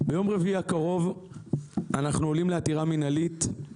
ביום רביעי הקרוב אנחנו עולים לעתירה מינהלית.